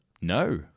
No